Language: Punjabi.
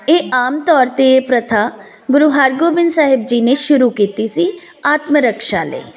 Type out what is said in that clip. ਇਹ ਆਮ ਤੌਰ 'ਤੇ ਪ੍ਰਥਾ ਗੁਰੂ ਹਰਗੋਬਿੰਦ ਸਾਹਿਬ ਜੀ ਨੇ ਸ਼ੁਰੂ ਕੀਤੀ ਸੀ ਆਤਮ ਰਖਸ਼ਾ ਲਈ